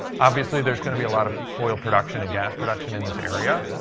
obviously, there's going to be a lot of oil production and gas production in this area.